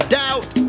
doubt